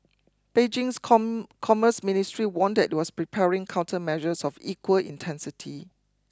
Beijing's come Commerce Ministry warned it was preparing countermeasures of equal intensity